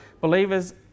believers